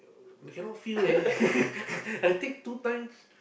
cannot feel leh I think two times